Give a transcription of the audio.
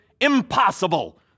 Impossible